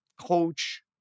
coach